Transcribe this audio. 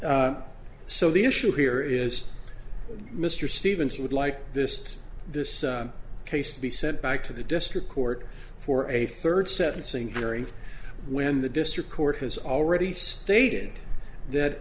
and so the issue here is mr stevens would like this this case to be sent back to the district court for a third sentencing very when the district court has already stated that